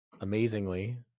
amazingly